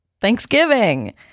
thanksgiving